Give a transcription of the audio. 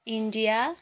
India